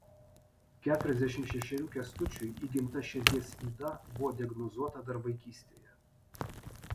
keturiasdešimt šešerių kęstučiui įgimta širdies yda buvo diagnozuota dar vaikystėje